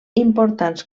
importants